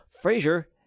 Frazier